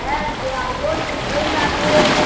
হ্যাঁ দই দই লাগবে